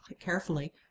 carefully